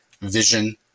vision